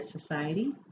society